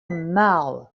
marv